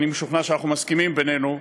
אני משוכנע שאנחנו מסכימים בינינו,